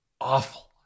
awful